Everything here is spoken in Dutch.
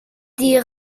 die